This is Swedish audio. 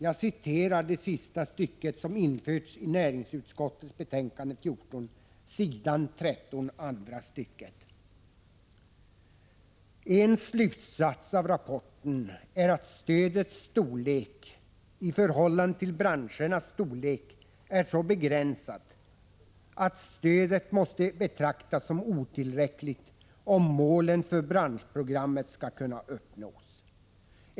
Jag citerar det sista stycke som införts i näringsutskottets betänkande 14 s. 13 andra stycket: ”En slutsats av rapporten är att stödets storlek i förhållande till branschernas storlek är så begränsad att stödet måste betraktas som otillräckligt om målen för branschprogrammet skall kunna uppnås.